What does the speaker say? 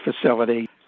facility